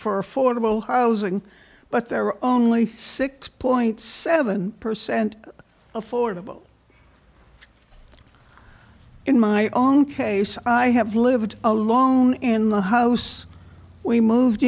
for fordable housing but there are only six point seven percent affordable in my own case i have lived along in the house we moved